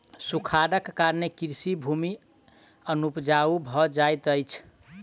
सूखाड़क कारणेँ कृषि भूमि अनुपजाऊ भ जाइत अछि